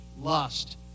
lust